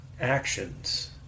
actions